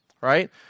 right